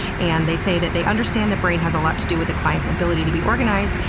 and they say that they understand the brain has a lot to do with a client's ability to be organized,